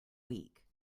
week